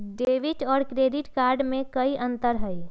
Debit और credit card में कई अंतर हई?